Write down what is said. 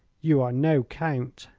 you are no count.